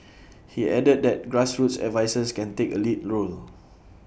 he added that grassroots advisers can take A lead role